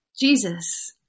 jesus